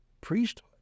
priesthood